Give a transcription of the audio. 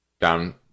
down